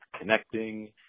connecting